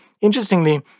interestingly